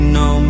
no